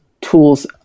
tools